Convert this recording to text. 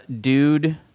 dude